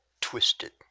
twisted